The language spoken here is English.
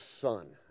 son